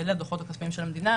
בין הדוחות הכספיים של המדינה,